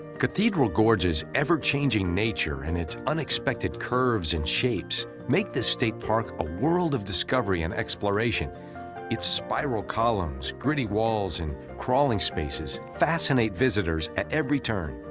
cathedral gorge's ever-changing nature and its unexpected curves and shapes make this state park a world of discovery and exploration, and its spiral columns, gritty walls and crawling spaces fascinate visitors at every turn.